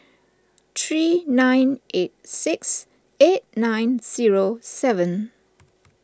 three nine eight six eight nine zero seven